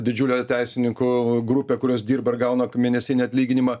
didžiulę teisininkų grupę kurios dirba gauna mėnesinį atlyginimą